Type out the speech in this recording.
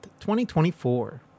2024